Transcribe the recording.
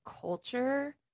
culture